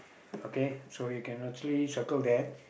okay so you can actually circle there